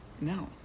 no